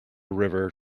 river